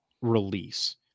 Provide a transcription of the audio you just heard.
release